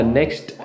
next